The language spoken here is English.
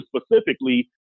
specifically